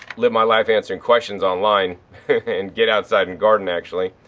live my life answering questions online and get outside and garden actually.